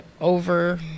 over